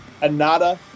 anada